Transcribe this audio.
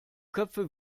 köpfe